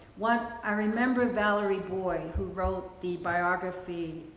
one i remember valerie boyd, who wrote the biography,